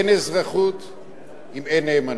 אין אזרחות אם אין נאמנות.